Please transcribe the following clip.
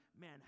man